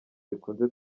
bikunze